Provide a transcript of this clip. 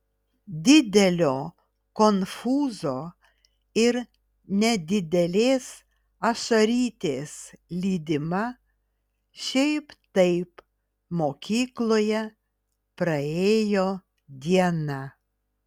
didelio konfūzo ir nedidelės ašarytės lydima šiaip taip mokykloje praėjo diena